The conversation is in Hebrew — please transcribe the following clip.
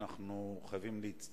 כבוד השר, אנחנו חייבים להצטמצם.